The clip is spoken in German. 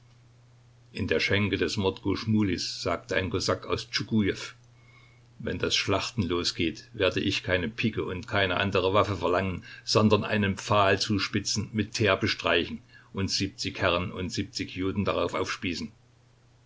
in der schenke des mordko schmulis sagte ein kosak aus tschugujew wenn das schlachten losgeht werde ich keine pike und keine andere waffe verlangen sondern einen pfahl zuspitzen mit teer bestreichen und siebzig herren und siebzig juden darauf aufspießen